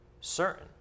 certain